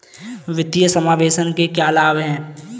वित्तीय समावेशन के क्या लाभ हैं?